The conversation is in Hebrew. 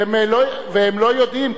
והם לא יודעים,